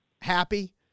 happy